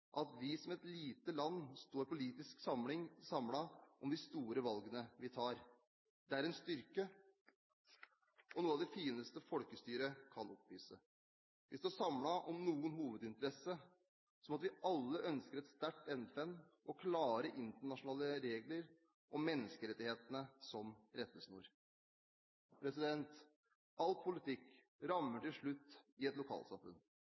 at vi som et lite land står politisk samlet om de store valgene vi tar. Det er en styrke og noe av det fineste folkestyret kan oppvise. Vi står samlet om noen hovedinteresser, som at vi alle ønsker et sterkt FN og klare internasjonale regler og menneskerettighetene som rettesnor. All politikk rammer til slutt i et lokalsamfunn.